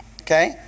Okay